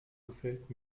gefällt